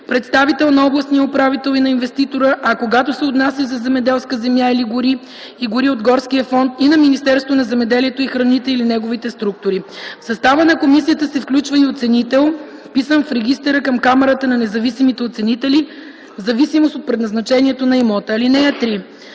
представител на областния управител и на инвеститора, а когато се отнася за земеделска земя или земи и гори от горския фонд – и на Министерството на земеделието и храните или неговите структури. В състава на комисията се включва и оценител, вписан в регистъра към Камарата на независимите оценители, в зависимост от предназначението на имота. (3)